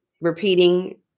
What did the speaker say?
repeating